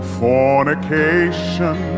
fornication